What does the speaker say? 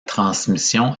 transmission